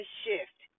shift